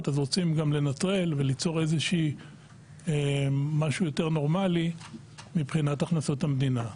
אז רוצים גם לנטרל וליצור משהו יותר נורמלי מבחינת הכנסות המדינה.